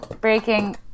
breaking